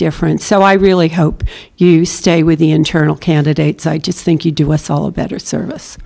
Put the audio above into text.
difference so i really hope you stay with the internal candidates i just think you do us all a better service